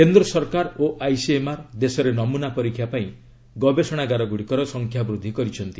କେନ୍ଦ୍ର ସରକାର ଓ ଆଇସିଏମ୍ଆର୍ ଦେଶରେ ନମ୍ବନା ପରୀକ୍ଷା ପାଇଁ ଗଭେଷଣାଗାର ଗୁଡ଼ିକର ସଂଖ୍ୟା ବୃଦ୍ଧି କରିଛନ୍ତି